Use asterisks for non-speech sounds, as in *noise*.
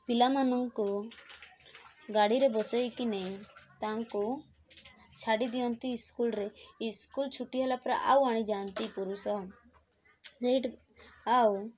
ପିଲାମାନଙ୍କୁ ଗାଡ଼ିରେ ବସାଇକି ନେଇ ତାଙ୍କୁ ଛାଡ଼ିଦିଅନ୍ତି ସ୍କୁଲରେ ସ୍କୁଲ ଛୁଟି ହେଲା ପରେ ଆଉ ଆଣି ଯାଆନ୍ତି ପୁରୁଷ *unintelligible* ଆଉ